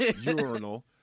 urinal